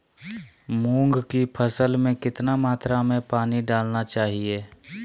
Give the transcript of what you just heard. मूंग की फसल में कितना मात्रा में पानी डालना चाहिए?